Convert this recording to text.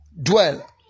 dwell